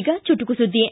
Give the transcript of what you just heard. ಈಗ ಚುಟುಕು ಸುದ್ದಿ